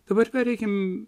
dabar pereikim